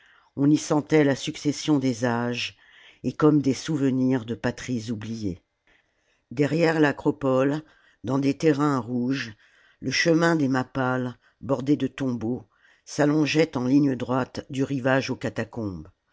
on y sentait la succession des âges et comme des souvenirs de patries oubliées derrière l'acropole dans des terrains rouges le chemin des mappales bordé de tombeaux s'allongeait en ligne droite du rivage aux catacombes